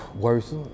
Worse